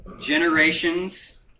Generations